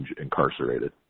incarcerated